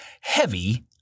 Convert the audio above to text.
Heavy